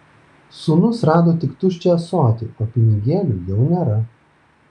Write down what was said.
sūnus rado tik tuščią ąsotį o pinigėlių jau nėra